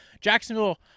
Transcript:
Jacksonville